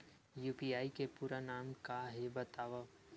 UPI के पूरा नाम का हे बतावव?